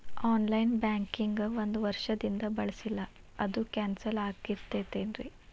On line banking ಒಂದ್ ವರ್ಷದಿಂದ ಬಳಸಿಲ್ಲ ಅದು ಕ್ಯಾನ್ಸಲ್ ಆಗಿರ್ತದೇನ್ರಿ?